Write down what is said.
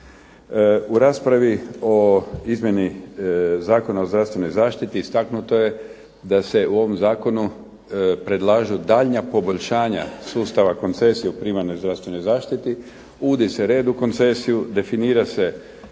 U raspravi o izmjeni Zakona o zdravstvenoj zaštiti istaknuto je da se u ovom zakonu predlažu daljnja poboljšanja sustava koncesije u primarnoj zdravstvenoj zaštiti, uvodi se red u koncesiju, definira se